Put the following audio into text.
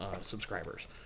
subscribers